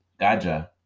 Gaja